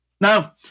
now